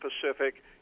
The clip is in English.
Pacific